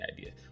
idea